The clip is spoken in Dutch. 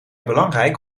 belangrijk